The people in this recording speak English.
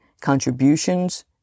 contributions